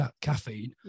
caffeine